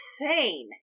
insane